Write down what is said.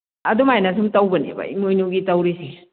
ꯑꯗꯨꯃꯥꯏꯅ ꯁꯨꯝ ꯇꯧꯕꯅꯦꯕ ꯏꯃꯣꯏꯅꯨꯒꯤ ꯇꯧꯔꯤꯁꯦ